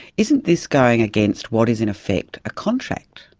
isn't this going against what is, in effect, a contract?